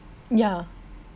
ya